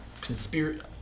conspiracy